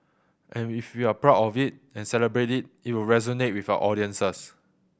and if we are proud of it and celebrate it it will resonate with our audiences